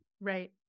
Right